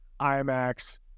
IMAX